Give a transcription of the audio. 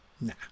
Nah